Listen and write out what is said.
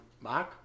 Mark